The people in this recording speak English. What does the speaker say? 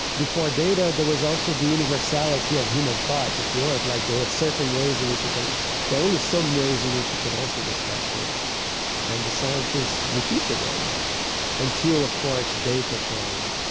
before data there was also the universality of human thought, if you want. like, there were certain ways in which you can there are only some ways in which you can answer this question and the scientists repeated them until, of course, data came.